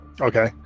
Okay